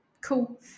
cool